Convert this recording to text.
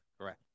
Correct